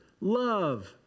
love